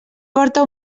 porta